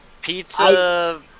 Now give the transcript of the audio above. pizza